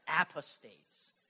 apostates